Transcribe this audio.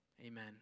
Amen